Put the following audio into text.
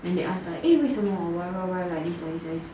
and they ask like eh 为什么 whatever why like this like this like this